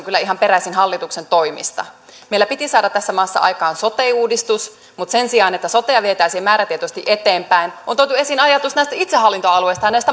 kyllä ihan peräisin hallituksen toimista meillä piti saada tässä maassa aikaan sote uudistus mutta sen sijaan että sotea vietäisiin määrätietoisesti eteenpäin on tuotu esiin ajatus itsehallintoalueista ja